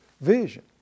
vision